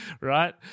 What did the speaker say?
right